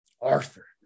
Arthur